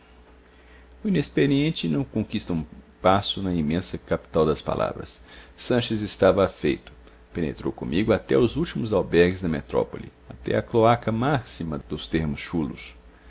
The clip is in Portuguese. o inexperiente não conquista um passo na imensa capital das palavras sanches estava afeito penetrou comigo até aos últimos albergues da metrópole até à cloaca máxima dos termos chulos